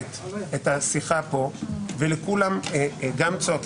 אני קיבלתי